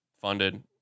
funded